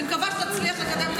אני מקווה שתצליח לקדם את ההצעה הזאת.